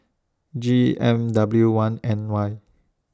G M W one N Y